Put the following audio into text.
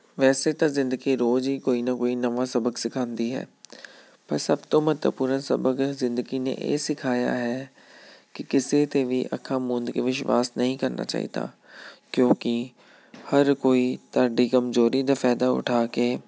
ਵੈਸੇ ਤਾਂ ਜ਼ਿੰਦਗੀ ਰੋਜ਼ ਹੀ ਕੋਈ ਨਾ ਕੋਈ ਨਵਾਂ ਸਬਕ ਸਿਖਾਉਂਦੀ ਹੈ ਪਰ ਸਭ ਤੋਂ ਮਹੱਤਵਪੂਰਨ ਸਬਕ ਹੈ ਜ਼ਿੰਦਗੀ ਨੇ ਇਹ ਸਿਖਾਇਆ ਹੈ ਕਿ ਕਿਸੇ 'ਤੇ ਵੀ ਅੱਖਾਂ ਮੁੰਦ ਕੇ ਵਿਸ਼ਵਾਸ ਨਹੀਂ ਕਰਨਾ ਚਾਹੀਦਾ ਕਿਉਂਕਿ ਹਰ ਕੋਈ ਤੁਹਾਡੀ ਕਮਜ਼ੋਰੀ ਦਾ ਫਾਇਦਾ ਉਠਾ ਕੇ